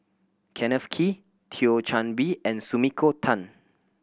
Kenneth Kee Thio Chan Bee and Sumiko Tan